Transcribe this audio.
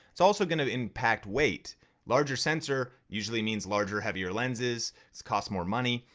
it's also gonna impact weight larger sensor usually means larger heavier lenses, it's cost more money.